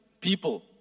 people